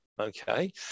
okay